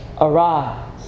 arise